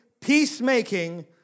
peacemaking